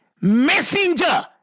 messenger